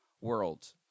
world